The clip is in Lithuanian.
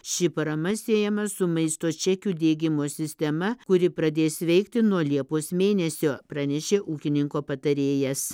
ši parama siejama su maisto čekių diegimo sistema kuri pradės veikti nuo liepos mėnesio pranešė ūkininko patarėjas